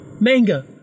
manga